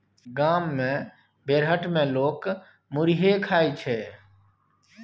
गाम मे बेरहट मे लोक मुरहीये खाइ छै